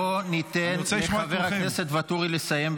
בואו ניתן לחבר הכנסת ואטורי לסיים,